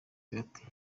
ati